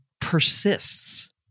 persists